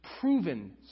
proven